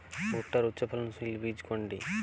ভূট্টার উচ্চফলনশীল বীজ কোনটি?